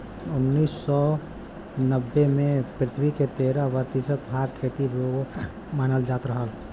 उन्नीस सौ नब्बे में पृथ्वी क तेरह प्रतिशत भाग खेती योग्य मानल जात रहल